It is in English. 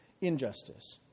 injustice